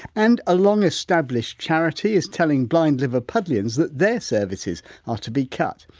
and a long-established charity is telling blind liverpudlians that their services are to be cut.